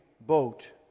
boat